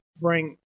bring